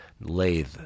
lathe